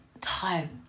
Time